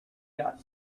got